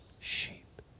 sheep